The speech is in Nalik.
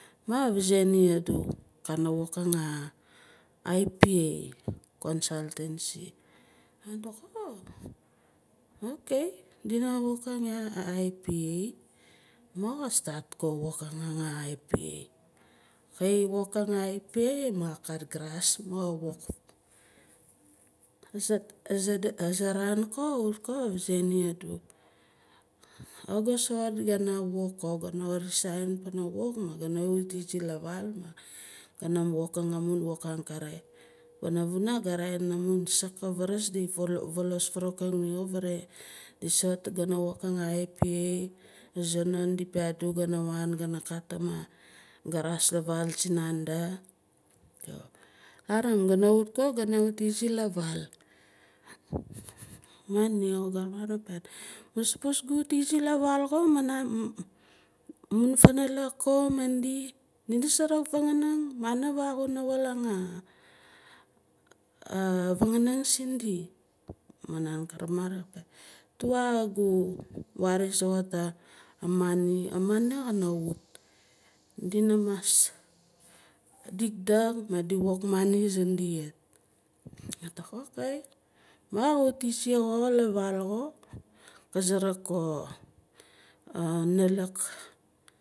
Ma ka vazae nia kana wokang a ipa consultancy ma ka tok oh ok dina wokang yah a ipa ma ka start ko wokang ya a ipa ka wokang a ipa ma kat grasss ma ka wok aza raan ko kawut ko ka vazae nia adu kawit ga soxot kana wok ko gana resign pana wok gana wut izi lavaal ma gana wokang amun wok angere panavuna ga raa- in amun saak di vaaras di valoo varawuking vare di soot gana wokang a ipa azanon di piaat adu gana wan gana katim a garas lavaal smanda larim gana wut ko gana wut izi lavaal. Ma nia xo ga vamarat ma gah piaat maah sapos gu izi lavaal xo ma amun funalak ko madi dina suruk fanganing moni faa kuna waling ah fanganing sindi ma nan ka ramarat ka piat tuwa gu soxot a mani a mani kana wut dina mas didak madi wok mani sindia ma kawaat iziz xo la vaal xo ka savak ko analak.